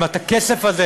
עם הכסף הזה,